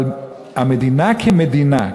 אבל המדינה כמדינה,